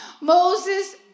Moses